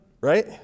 Right